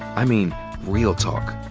i mean real talk.